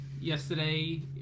Yesterday